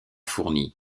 fournis